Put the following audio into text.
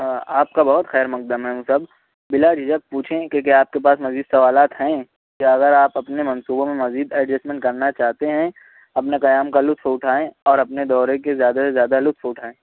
ہاں آپ کا بہت خیر مقدم ہے مصعب بلا جھجھک پوچھیں کہ کیا آپ کے پاس مزید سوالات ہیں یا اگر آپ اپنے منصوبوں میں مزید ایڈجسمنٹ کرنا چاہتے ہیں اپنے قیام کا لُطف اُٹھائیں اور اپنے دورے کے زیادہ سے زیادہ لُطف اُٹھائیں